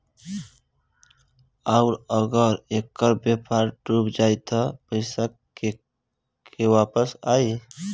आउरु अगर ऐकर व्यापार डूब जाई त पइसा केंग वापस आई